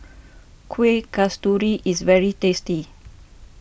Kueh Kasturi is very tasty